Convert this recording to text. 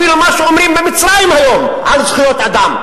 אפילו מה שאומרים במצרים היום על זכויות אדם,